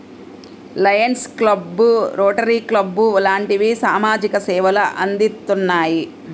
Lions club, rotary club లాంటివి సామాజిక సేవలు అందిత్తున్నాయి